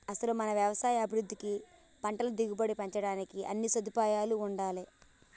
అసలు మన యవసాయ అభివృద్ధికి పంటల దిగుబడి పెంచడానికి అన్నీ సదుపాయాలూ ఉండాలే